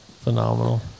Phenomenal